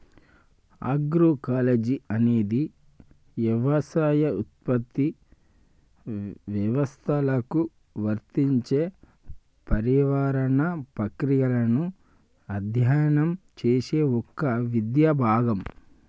agroecology అనేది యవసాయ ఉత్పత్తి వ్యవస్థలకు వర్తించే పర్యావరణ ప్రక్రియలను అధ్యయనం చేసే ఒక విద్యా భాగం